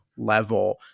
level